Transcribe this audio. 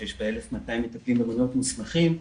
שיש בה 1,200 מטפלים ומטפלות מוסמכים.